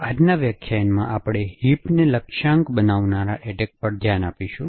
આજના વ્યાખ્યાનમાં આપણે હિપને લક્ષ્યાંક બનાવનારા એટેક પર ધ્યાન આપીશું